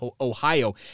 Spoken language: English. Ohio